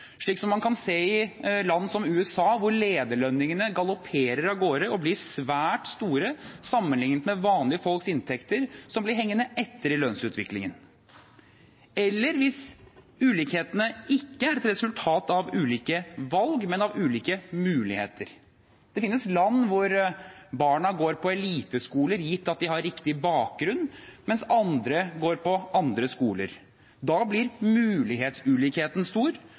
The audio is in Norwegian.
slik som man kan se i land som USA, hvor lederlønningene galopperer av gårde og blir svært høye sammenlignet med inntektene til vanlige folk, som blir hengende etter i lønnsutviklingen, eller hvis ulikhetene ikke er et resultat av ulike valg, men av ulike muligheter. Det finnes land hvor barna går på eliteskoler, gitt at de har riktig bakgrunn, mens andre går på andre skoler. Da blir mulighetsulikheten stor.